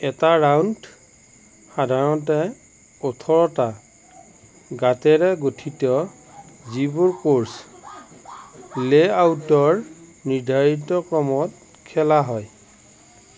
এটা 'ৰাউণ্ড' সাধাৰণতে ওঠৰটা গাঁতেৰে গঠিত যিবোৰ কোৰ্ছ লে'আউটৰ নিৰ্ধাৰিত ক্ৰমত খেলা হয়